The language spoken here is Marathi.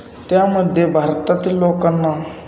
त्यामध्ये भारतातील लोकांना